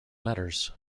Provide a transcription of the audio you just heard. letters